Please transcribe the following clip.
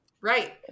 right